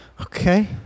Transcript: Okay